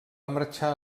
marxar